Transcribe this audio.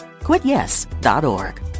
QuitYes.org